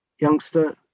youngster